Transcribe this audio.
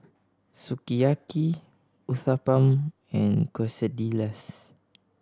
Sukiyaki Uthapam and Quesadillas